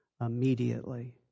immediately